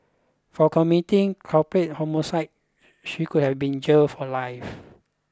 for committing culpable homicide she could have been jailed for life